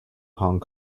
hong